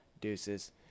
deuces